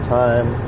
time